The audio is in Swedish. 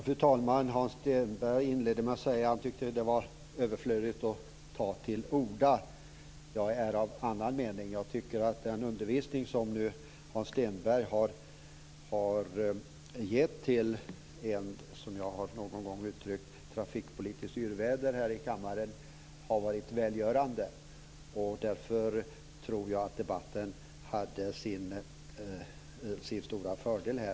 Fru talman! Hans Stenberg inledde med att säga att han tyckte att det var överflödigt att ta till orda. Jag är av annan mening. Jag tycker att den undervisning som Hans Stenberg nu har gett till en som jag någon gång har uttryckt är ett trafikpolitiskt yrväder här i kammaren har varit välgörande. Därför tror jag att debatten hade sin stora fördel här.